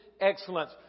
excellence